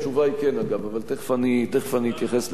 התשובה היא כן, אגב, אבל תיכף אני אתייחס לזה.